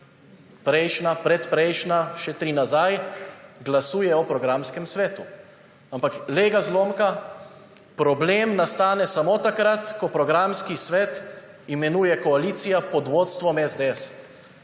prejšnja, predprejšnja, še tri nazaj, glasuje o programskem svetu. Ampak glej ga zlomka, problem nastane samo takrat, ko programski svet imenuje koalicija pod vodstvom SDS.